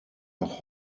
noch